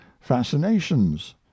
fascinations